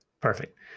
perfect